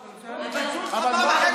לא, הוא שאל אם מישהו, אבל מה?